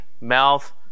mouth